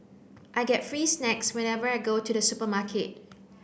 I get free snacks whenever I go to the supermarket